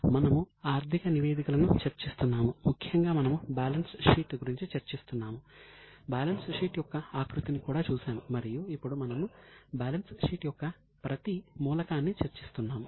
మనము ఆర్థిక నివేదికలను చర్చిస్తున్నాము ముఖ్యంగా మనము బ్యాలెన్స్ షీట్ గురించి చర్చిస్తున్నాము బ్యాలెన్స్ షీట్ యొక్క ఆకృతిని కూడా చూశాము మరియు ఇప్పుడు మనము బ్యాలెన్స్ షీట్ యొక్క ప్రతి మూలకాన్ని చర్చిస్తున్నాము